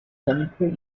cemetery